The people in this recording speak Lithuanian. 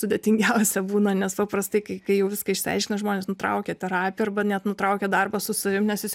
sudėtingiausia būna nes paprastai kai kai jau viską išsiaiškina žmonės nutraukia terapiją arba net nutraukia darbą su savim nes jis